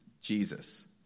Jesus